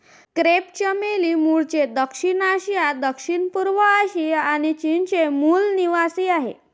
crepe चमेली मूळचे दक्षिण आशिया, दक्षिणपूर्व आशिया आणि चीनचे मूल निवासीआहे